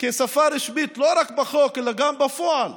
כאל שפה רשמית לא רק בחוק אלא גם בפועל?